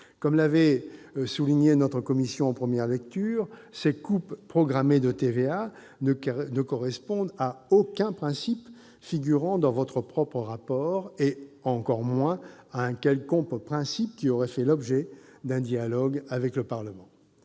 l'a souligné en première lecture : ces coupes programmées de TVA ne correspondent à aucun principe figurant dans le rapport du Gouvernement, et encore moins à un quelconque principe qui aurait fait l'objet d'un dialogue avec le Parlement.